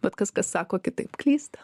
bet kas kas sako kitaip klysta